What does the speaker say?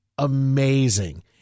Amazing